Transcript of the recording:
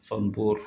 Sonepur